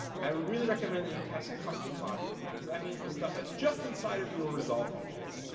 i would really recommend that you test custom logic. so that means the stuff that's just inside of your resolve functions,